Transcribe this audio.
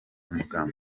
muganga